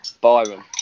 Byron